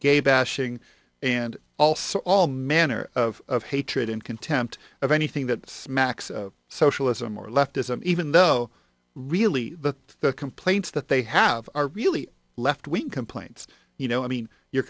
gay bashing and all sorts all manner of hatred and contempt of anything that smacks of socialism or leftism even though really the the complaints that they have are really left wing complaints you know i mean you're